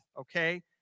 okay